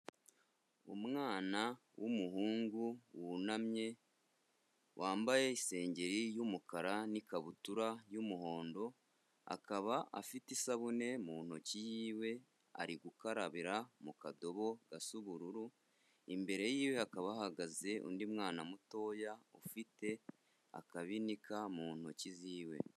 Umwana w'umuhungu wunamye, wambaye isengeri y'umukara n'ikabutura y'umuhondo, akaba afite isabune mu ntoki yiwe, ari gukarabira mu kadobo gasa ubururu, imbere yiwe hakaba hahagaze undi mwana mutoya ufite akabinika mu ntoki ziwe.